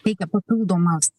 teikia papildomas